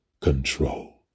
control